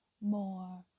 more